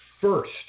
first